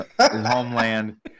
homeland